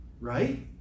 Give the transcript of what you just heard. right